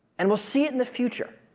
and we'll see it in the future.